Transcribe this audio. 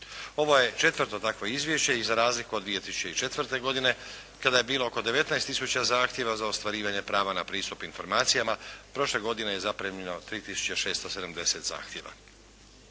Ovo je četvrto takvo izvješće i za razliku od 2004. godine kada je bilo oko 19 tisuća zahtjeva za ostvarivanje prava na pristup informacijama, prošle godine je zaprimljeno 3 tisuće i 670 zahtjeva.